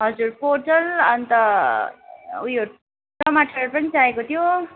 हजुर पोटल अन्त उयो टमाटर पनि चाहिएको थियो